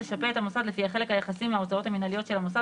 תשפה את המוסד לפי החלק היחסי מההוצאות המנהליות של המוסד